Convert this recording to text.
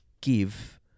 give